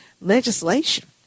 legislation